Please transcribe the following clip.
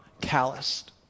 calloused